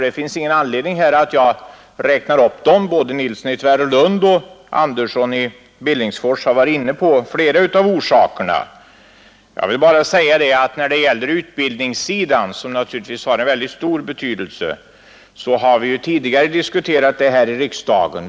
Jag har ingen anledning att räkna upp dem här, eftersom både herr Nilsson i Tvärålund och herr Andersson i Billingsfors har varit inne på flera av dem. Utbildningssidan, som naturligtvis har väldigt stor betydelse, har ju tidigare diskuterats här i riksdagen.